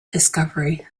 discovery